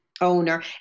owner